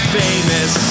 famous